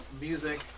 music